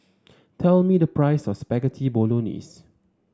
tell me the price of Spaghetti Bolognese